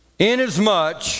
Inasmuch